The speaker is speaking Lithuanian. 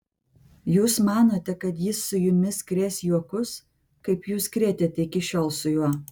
jūs manote kad jis su jumis krės juokus kaip jūs krėtėte iki šiol su juo